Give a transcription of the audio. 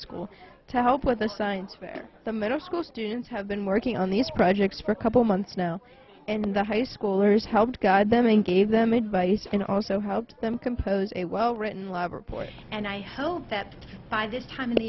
school to help with the science fair the middle school students have been working on these projects for a couple months now and the high schoolers helped guide them and gave them advice and also helped them compose a well written lab report and i hope that by this time of